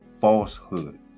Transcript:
falsehood